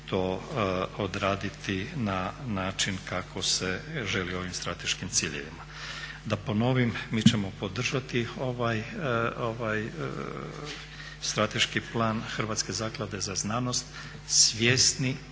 to odraditi na način kako se želi ovim strateškim ciljevima. Da ponovim, mi ćemo podržati ovaj Strateški plan Hrvatske zaklade za znanost svjesni